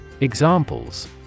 Examples